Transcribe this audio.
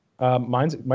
Mine's